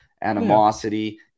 animosity